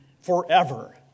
forever